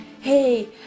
hey